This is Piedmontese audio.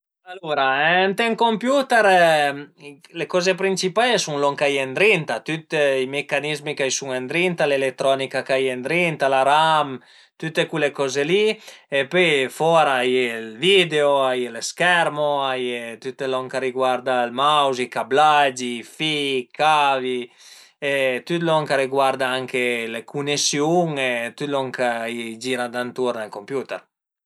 Alura ënt ün computer le coze principal a sun lon ch'a ie ëndrinta, tüt i mecanizmi ch'a i sun ëndrinta, tüta l'eletronica ch'a ie ëndrinta, la RAM, tüte cule coze li e pöi fora a ie ël video, a ie lë schermo, tüt lon ch'a riguarda ël mouse, i cablagi, i fi-i, i cavi e tüt lon ch'a riguarda anche le cunesiun e tüt lon ch'a i gira danturn al computer